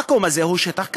המקום הזה הוא שטח כבוש.